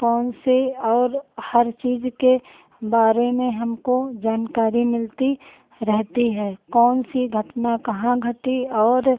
कौन सी और हर चीज़ के बारे में हमको जानकारी मिलती रहती है कौन सी घटना कहाँ घटी और